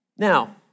Now